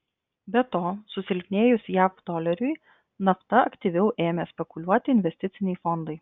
be to susilpnėjus jav doleriui nafta aktyviau ėmė spekuliuoti investiciniai fondai